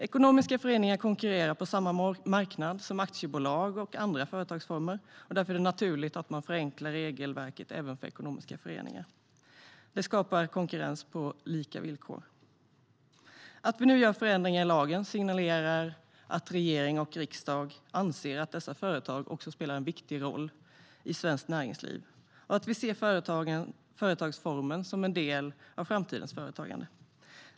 Ekonomiska föreningar konkurrerar på samma marknad som aktiebolag och andra företagsformer. Därför är det naturligt att man förenklar regelverket även för ekonomiska föreningar. Det skapar konkurrens på lika villkor. Att vi nu gör förändringar i lagen signalerar att regering och riksdag anser att också dessa företag spelar en viktig roll i svenskt näringsliv och att vi ser denna företagsform som en del av framtidens företagande.